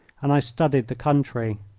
and i studied the country.